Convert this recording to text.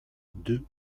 deux